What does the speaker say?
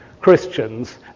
Christians